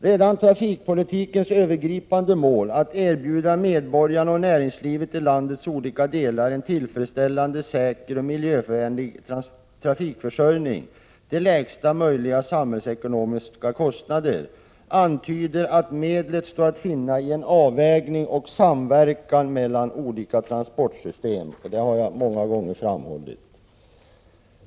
Redan trafikpolitikens övergripande mål — att erbjuda medborgarna och näringslivet i landets olika delar en tillfredsställande, säker och miljövänlig trafikförsörjning till lägsta möjliga samhällsekonomiska kostnader — antyder att medlet står att finna i en avvägning och samverkan mellan olika transportsystem. Det har jag framhållit många gånger.